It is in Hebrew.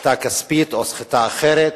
סחיטה כספית או סחיטה אחרת.